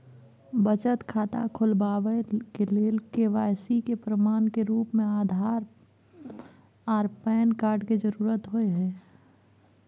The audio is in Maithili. बचत खाता खोलाबय के लेल के.वाइ.सी के प्रमाण के रूप में आधार आर पैन कार्ड के जरुरत होय हय